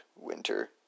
winter